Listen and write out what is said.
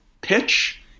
pitch